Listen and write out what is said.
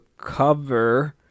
cover